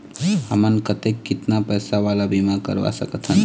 हमन कतेक कितना पैसा वाला बीमा करवा सकथन?